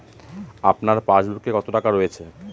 আপনার পাসবুকে কত টাকা রয়েছে?